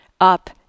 up